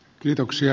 kiitoksia